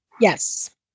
Yes